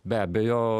be abejo